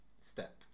step